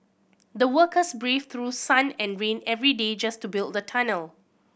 the workers braved through sun and rain every day just to build the tunnel